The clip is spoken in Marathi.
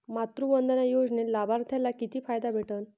मातृवंदना योजनेत लाभार्थ्याले किती फायदा भेटन?